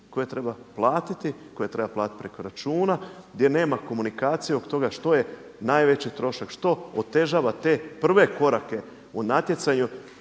koje treba platiti, koje treba platiti preko računa, gdje nema komunikacije oko toga što je najveći trošak, što otežava te prve korake u natjecanju,